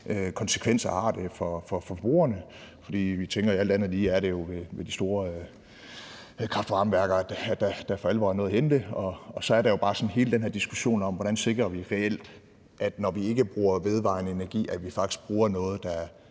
konsekvenser det har for forbrugerne. For vi tænker, at det alt andet lige jo er ved de store kraft-varme-værker, der for alvor er noget at hente. Og så er der jo bare sådan hele den her diskussion om, hvordan vi reelt sikrer, at vi, når vi ikke bruger vedvarende energi, så faktisk bruger noget, der